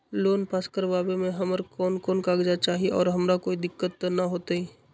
Loan पास करवावे में हमरा कौन कौन कागजात चाही और हमरा कोई दिक्कत त ना होतई?